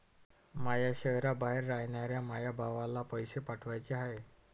माया शैहराबाहेर रायनाऱ्या माया भावाला पैसे पाठवाचे हाय